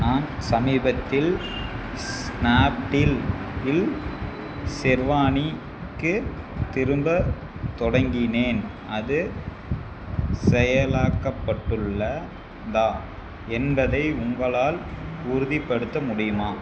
நான் சமீபத்தில் ஸ்னாப்டீலில் ஷெர்வானிக்கு திரும்பத் தொடங்கினேன் அது செயலாக்கப்பட்டுள்ளதா என்பதை உங்களால் உறுதிப்படுத்த முடியுமா